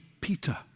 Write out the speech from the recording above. Peter